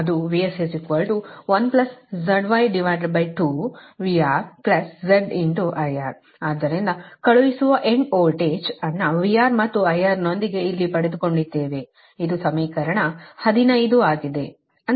VS1ZY2VRZIR ಆದ್ದರಿಂದ ಕಳುಹಿಸುವ end voltage ಅನ್ನು VR ಮತ್ತು IR ನೊಂದಿಗೆ ಇಲ್ಲಿ ಪಡೆದುಕೊಂಡಿದ್ದೇವೆ ಇದು ಸಮೀಕರಣ 15 ಆಗಿದೆ